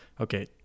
Okay